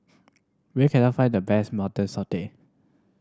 where can I find the best Mutton Satay